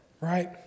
Right